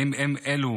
האם הם אלו